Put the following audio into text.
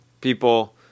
people